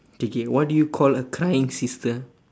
okay okay what do you call a crying sister